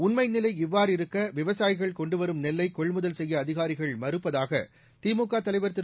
உண்மை நிலை இவ்வாறிருக்க விவசாயிகள் கொண்டு வரும் நெல்லை கொள்முதல் செய்ய அதிகாரிகள் மறுப்பதாக திமுக தலைவர் திரு